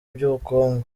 by’ubukungu